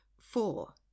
Four